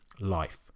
life